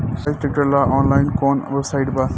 सोहराज tractor ला online कोउन website बा?